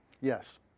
Yes